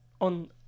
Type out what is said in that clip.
on